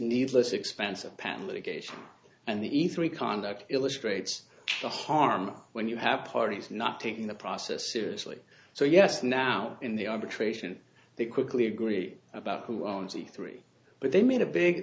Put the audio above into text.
needless expense upin litigation and the e three conduct illustrates the harm when you have parties not taking the process seriously so yes now in the arbitration they quickly agree about who owns the three but they made a big